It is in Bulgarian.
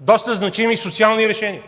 доста значими социални решения,